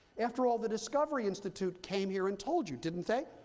after all, the discovery institute came here and told you. didn't they?